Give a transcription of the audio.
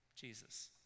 Jesus